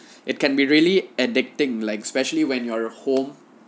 it can be really addicting like especially when you're at home